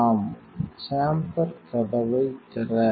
app chamber கதவை திற